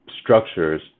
structures